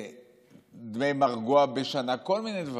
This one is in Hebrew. דמי מרגוע בשנה, כל מיני דברים.